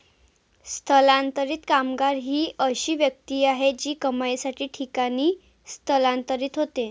स्थलांतरित कामगार ही अशी व्यक्ती आहे जी कमाईसाठी ठिकाणी स्थलांतरित होते